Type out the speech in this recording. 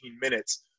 minutes